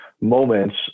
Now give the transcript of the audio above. Moments